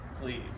Please